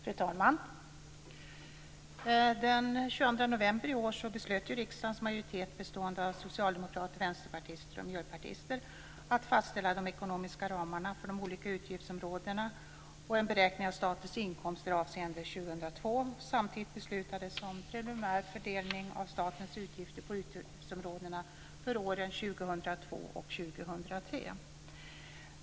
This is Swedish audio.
Fru talman! Den 22 november i år beslöt riksdagens majoritet bestående av socialdemokrater, vänsterpartister och miljöpartister att fastställa de ekonomiska ramarna för de olika utgiftsområdena och en beräkning av statens inkomster avseende 2001. Samtidigt beslutades om preliminär fördelning av statens utgifter på utgiftsområdena för åren 2002 och 2003.